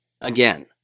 Again